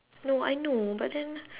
no I know but then